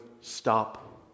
stop